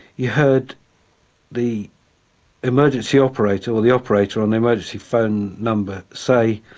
you heard the emergency operator, or the operator on the emergency phone number say,